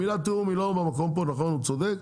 המילה תיאום היא לא במקום פה נכון הוא צודק,